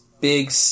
big